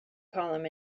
column